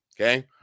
okay